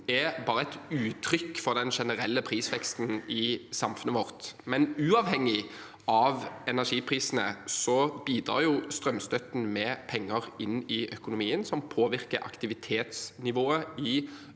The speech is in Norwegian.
er et uttrykk for den generelle prisveksten i samfunnet vårt. Uavhengig av energiprisene bidrar strømstøtten med penger inn i økonomien, noe som påvirker aktivitetsnivået i